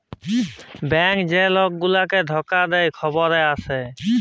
bank যে লক গুলাকে ধকা দে খবরে আসে